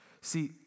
See